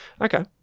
Okay